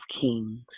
Kings